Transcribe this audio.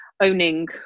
owning